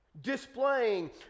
displaying